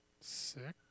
Six